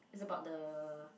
is about the